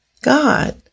God